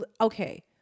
okay